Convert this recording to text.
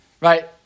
right